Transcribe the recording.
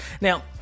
Now